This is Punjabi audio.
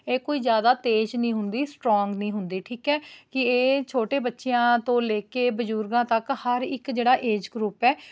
ਇਹ ਕੋਈ ਜ਼ਿਆਦਾ ਤੇਜ਼ ਨਹੀਂ ਹੁੰਦੀ ਸਟਰੋਗ ਨਹੀਂ ਹੁੰਦੀ ਠੀਕ ਹੈ ਕਿ ਇਹ ਛੋਟੇ ਬੱਚਿਆ ਤੋਂ ਲੈ ਕੇ ਬਜ਼ੁਰਗਾਂ ਤੱਕ ਹਰ ਇੱਕ ਜਿਹੜਾ ਏਜ ਗਰੁੱਪ ਹੈ